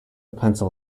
pencil